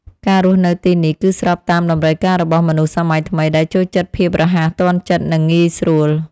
ការរស់នៅទីនេះគឺស្របតាមតម្រូវការរបស់មនុស្សសម័យថ្មីដែលចូលចិត្តភាពរហ័សទាន់ចិត្តនិងងាយស្រួល។